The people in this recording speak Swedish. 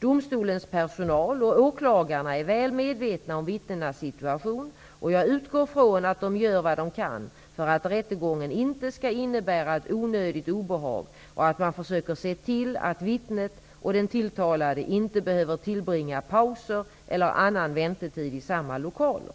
Domstolens personal och åklagarna är väl medvetna om vittnenas situation, och jag utgår från att de gör vad de kan för att rättegången inte skall innebära ett onödigt obehag och att man försöker se till att vittnet och den tilltalade inte behöver tillbringa pauser eller annan väntetid i samma lokaler.